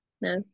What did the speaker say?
No